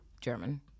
German